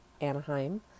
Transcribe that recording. Anaheim